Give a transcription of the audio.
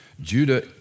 Judah